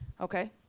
Okay